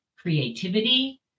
creativity